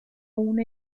una